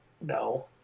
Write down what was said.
No